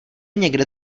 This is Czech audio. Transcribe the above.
někde